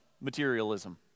materialism